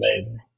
amazing